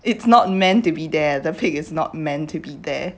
it's not meant to be there the peak is not meant to be there